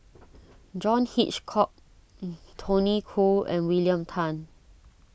John Hitchcock Tony Khoo and William Tan